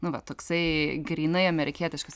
nu va toksai grynai amerikietiškas